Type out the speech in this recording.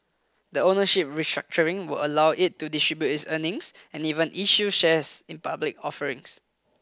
the ownership restructuring will allow it to distribute its earnings and even issue shares in public offerings